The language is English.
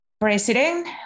president